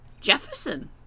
Jefferson